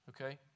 okay